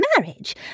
marriage